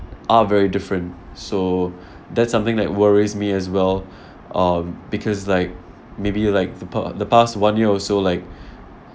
are very different so that's something that worries me as well um because like maybe like the pa~ the past one year also like